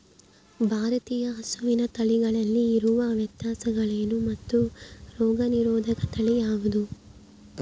ಭಾರತೇಯ ಹಸುವಿನ ತಳಿಗಳಲ್ಲಿ ಇರುವ ವ್ಯತ್ಯಾಸಗಳೇನು ಮತ್ತು ರೋಗನಿರೋಧಕ ತಳಿ ಯಾವುದು?